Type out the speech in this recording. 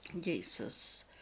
Jesus